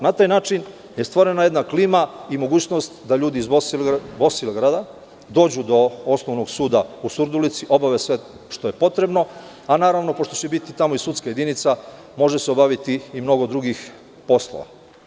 Na taj način je stvorena jedna klima i mogućnost da ljudi iz Bosilegrada dođu do Osnovnog suda u Surdulici, obave sve što je potrebno, a naravno, što će biti tamo i sudska jedinica može se obaviti i mnogo drugih poslova.